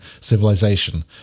civilization